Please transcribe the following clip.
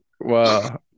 wow